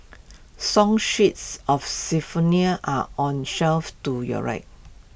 song sheets of are on shelf to your right